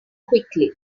quickly